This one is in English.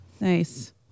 Nice